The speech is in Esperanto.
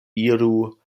iru